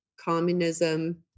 communism